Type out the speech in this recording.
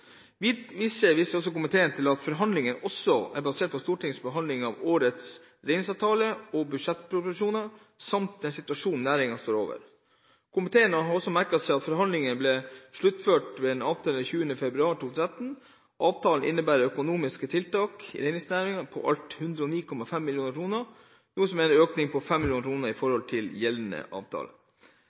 komiteen til at forhandlingene også er basert på Stortingets behandling av årets reindriftsavtale og budsjettproposisjoner samt den situasjonen næringen nå står overfor. Komiteen har merket seg at forhandlingene ble sluttført med avtale den 20. februar 2013. Avtalen innebærer økonomiske tiltak i reindriftsnæringen på i alt 109,5 mill. kr, noe som er en økning på 5 mill. kr i forhold til gjeldende avtale.